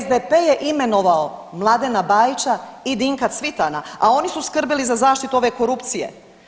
SDP je imenovao Mladena Bajića i Dinka Cvitana, a oni su skrbili za zaštitu ove korupcije.